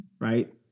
right